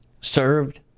served